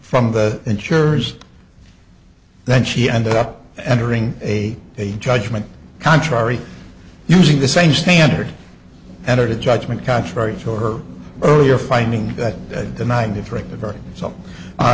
from the insurers then she ended up entering a judgment contrary using the same standard and a judgment contrary to her earlier finding that the